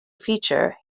feature